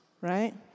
right